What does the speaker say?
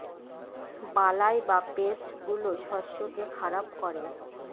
বালাই বা পেস্ট গুলো শস্যকে খারাপ করে